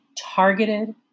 targeted